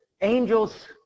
angels